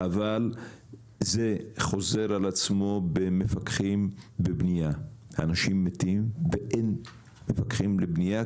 אבל זה חוזר על עצמו במפקחים בבנייה אנשים מתים ואין מפקחים לבנייה,